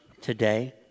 today